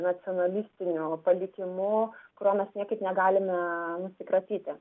nacionalistiniu palikimu kurio mes niekaip negalime nusikratyti